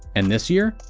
and this year?